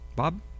Bob